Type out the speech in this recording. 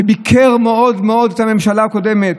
שביקר מאוד מאוד את הממשלה הקודמת,